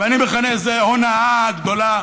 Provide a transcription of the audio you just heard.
ואני מכנה את זה ההונאה הגדולה